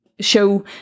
show